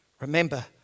Remember